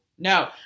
No